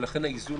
ולכן זה האיזון